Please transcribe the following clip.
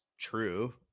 true